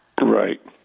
Right